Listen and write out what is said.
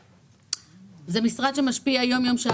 במשרד שמשפיע יום-יום על